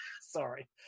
sorry